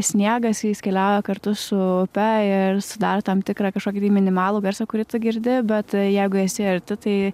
sniegas jais keliauja kartu su upe ir sudaro tam tikrą kažkokį tai minimalų garsą kurį tu girdi bet jeigu esi arti tai